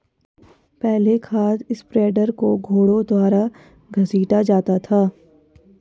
पहले खाद स्प्रेडर को घोड़ों द्वारा घसीटा जाता था